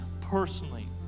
personally